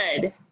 good